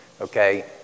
okay